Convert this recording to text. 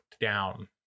down